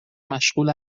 مشغول